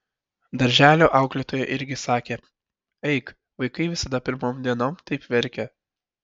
darželio auklėtoja irgi sakė eik vaikai visada pirmom dienom taip verkia